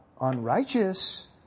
unrighteous